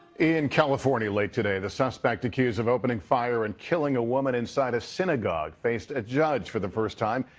in california late today the suspect accused of opening fire and killing a woman inside a synagogue faced a judge for the first time.